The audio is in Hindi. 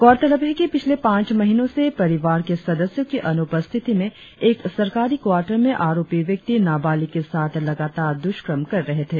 गौरतलब है कि पिछले पांच महीनों से परिवार के सदस्यों की अनुपस्थिति में एक सरकारी क्वाटर में आरोपी व्यक्ति नाबालिक के साथ लगातार द्रष्क्रम कर रहे थे